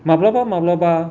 माब्लाब माब्लाबा